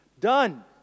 done